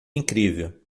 incrível